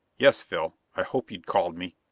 yes, phil. i hoped you'd call me.